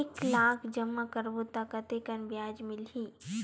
एक लाख जमा करबो त कतेकन ब्याज मिलही?